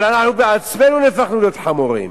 אבל אנחנו בעצמנו הפכנו להיות חמורים.